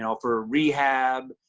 and for rehab,